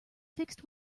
fixed